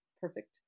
perfect